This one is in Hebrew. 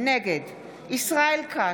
נגד ישראל כץ,